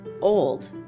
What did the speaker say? old